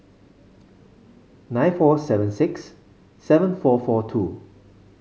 nine four seven six seven four four two